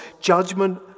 judgment